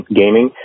gaming